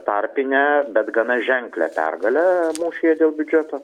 tarpinę bet gana ženklią pergalę mūšyje dėl biudžeto